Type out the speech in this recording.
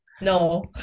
no